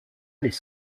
les